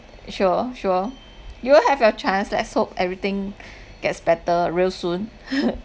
sure sure you will have your chance let's hope everything gets better real soon